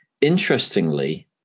interestingly